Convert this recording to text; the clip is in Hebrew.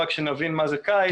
רק שנבין מה זה קיץ.